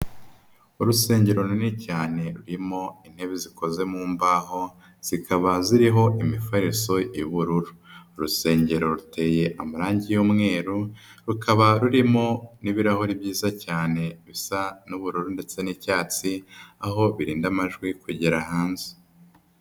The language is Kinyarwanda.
Urusengero runini cyane rurimo intebe zikoze mu mbaho zikaba ziriho imifariso y'ubururu. Urusengero ruteye amarangi y'umweru, rukaba rurimo n'ibirahuri byiza cyane bisa n'ubururu ndetse n'icyatsi, aho birinda amajwi kugera hanze.